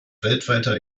weltweiter